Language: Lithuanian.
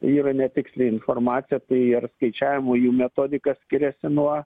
yra netiksli informacija tai ir skaičiavimų jų metodika skiriasi nuo